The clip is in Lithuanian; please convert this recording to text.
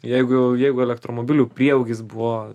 jeigu jau jeigu elektromobilių prieaugis buvo